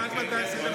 עד מתי עשית מילואים?